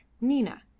Nina